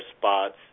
spots